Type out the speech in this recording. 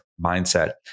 mindset